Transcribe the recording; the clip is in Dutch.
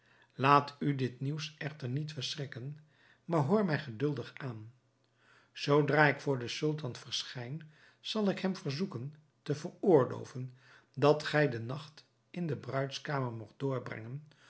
laat u dit nieuws echter niet verschrikken maar hoor mij geduldig aan zoodra ik voor den sultan verschijn zal ik hem verzoeken te veroorloven dat gij den nacht in de bruidskamer moogt doorbrengen